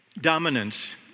dominance